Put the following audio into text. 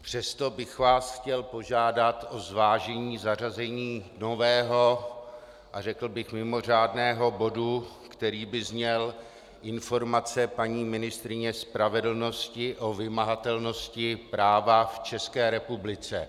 Přesto bych vás chtěl požádat o zvážení zařazení nového a řekl bych mimořádného bodu, který by zněl Informace paní ministryně spravedlnosti o vymahatelnosti práva v České republice.